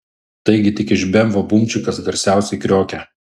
taigi tik iš bemvo bumčikas garsiausiai kriokia